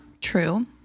True